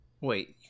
Wait